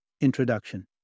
Introduction